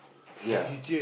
ya